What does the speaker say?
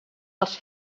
els